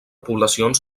poblacions